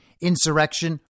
insurrection